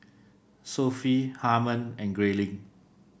Sophie Harman and Grayling